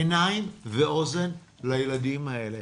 עיניים ואוזן לילדים האלה,